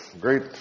great